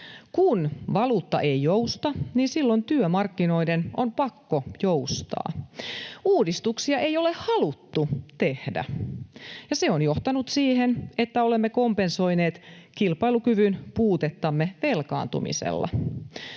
Kun valuutta ei jousta, niin silloin työmarkkinoiden on pakko joustaa. Uudistuksia ei ole haluttu tehdä, ja se on johtanut siihen, että olemme kompensoineet kilpailukyvyn puutettamme velkaantumisella.